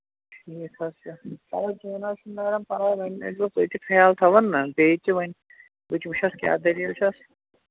ٹھیٖک حظ چھُ چلو کیٚنٛہہ نہَ حظ چھُنہٕ میڈم پَرواے وۅنۍ ٲسۍزیٚو تُہۍ تہِ خیال تھاوان نا بیٚیہِ تہِ وۅنۍ بہٕ تہِ وُچھس کیٛاہ دٔلیٖل چھَس